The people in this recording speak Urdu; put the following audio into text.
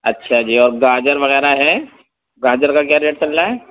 اچھا جی اور گاجر وغیرہ ہے گاجر کا کیا ریٹ چل رہا ہے